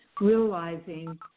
realizing